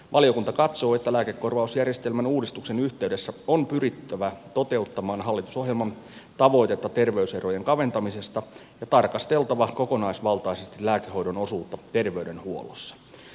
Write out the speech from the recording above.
valiokunta katsoo että lääkekorvausjärjestelmän uudistuksen yhteydessä on pyrittävä toteuttamaan hallitusohjelman tavoitetta terveyserojen kaventamisesta ja tarkasteltava kokonaisvaltaisesti lääkehoidon osuutta terveydenhuollossa